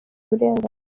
uburenganzira